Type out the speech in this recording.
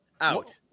out